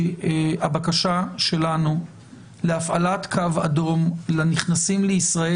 הבקשה שלנו להפעלת קו אדום לנכנסים לישראל